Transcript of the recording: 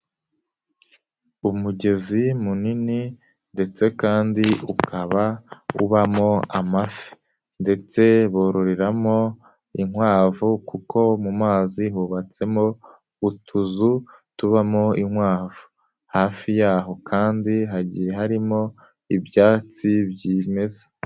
Umugezi munini ndetse kandi ukaba ubamo amafi ,ndetse bororeramo inkwavu, kuko mu mazi hubatsemo utuzu tubamo inkwavu ,hafi y'aho kandi hagiye harimo ibyatsi byimeza.